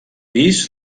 pis